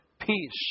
peace